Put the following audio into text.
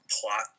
plot